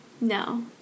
No